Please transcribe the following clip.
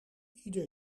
ieder